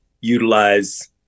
utilize